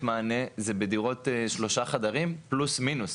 מענה זה בדירות שלושה חדשים פלוס מינוס.